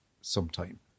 sometime